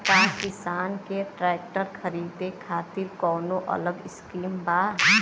का किसान के ट्रैक्टर खरीदे खातिर कौनो अलग स्किम बा?